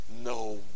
no